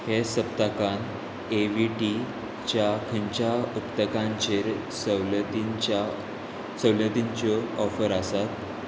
हे सप्तकांत A V T च्या खंयच्या उत्तकांचेर सवलतींच्या सवलतींच्यो ऑफर आसात